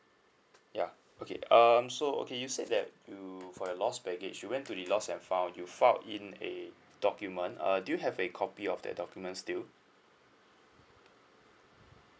ya okay um so okay you said that you for your lost baggage you went to the lost and found you filed in a document uh do you have a copy of that document still